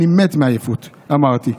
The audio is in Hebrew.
אני מת מעייפות, עניתי.